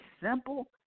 simple